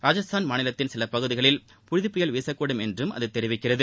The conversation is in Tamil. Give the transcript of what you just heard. ராஜஸ்தான் மாநிலத்தின் சில பகுதிகளில் புழுதிப்புயல் வீசக்கூடும் என்றும் அது தெரிவிக்கிறது